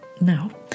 Now